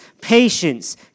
patience